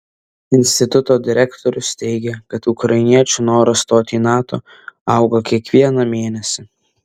instituto direktorius teigia kad ukrainiečių noras stoti į nato auga kiekvieną mėnesį